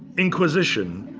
inquisition,